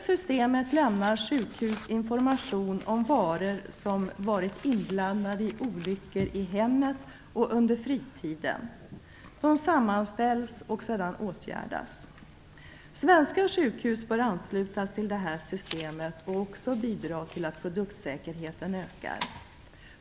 Systemet innebär att sjukhus lämnar information om varor som varit inblandade i olyckor i hemmen och under fritid. Informationen sammanställs och åtgärder vidtas. Svenska sjukhus bör anslutas till detta system och bidra till att produktsäkerheten ökar.